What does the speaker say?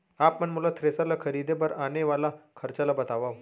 आप मन मोला थ्रेसर ल खरीदे बर आने वाला खरचा ल बतावव?